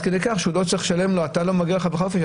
כדי כך שהוא לא צריך לשלם לו: לא מגיעה לך חופשה,